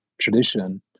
tradition